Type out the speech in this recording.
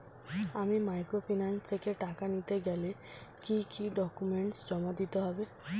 আমি মাইক্রোফিন্যান্স থেকে টাকা নিতে গেলে কি কি ডকুমেন্টস জমা দিতে হবে?